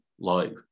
life